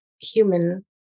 human